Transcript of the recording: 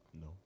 No